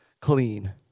clean